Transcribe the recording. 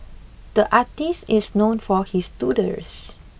the artist is known for his doodles